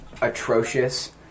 atrocious